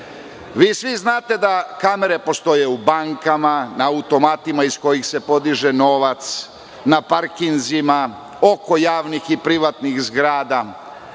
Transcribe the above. znate da kamere postoje u bankama, na automatima iz kojih se podiže novac, na parkinzima, oko javnih i privatnih zgrada